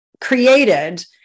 created